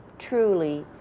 truly